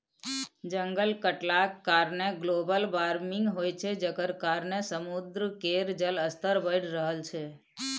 जंगल कटलाक कारणेँ ग्लोबल बार्मिंग होइ छै जकर कारणेँ समुद्र केर जलस्तर बढ़ि रहल छै